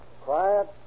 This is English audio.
Quiet